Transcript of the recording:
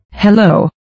Hello